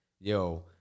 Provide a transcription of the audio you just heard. Yo